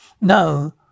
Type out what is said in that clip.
No